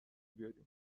بیارین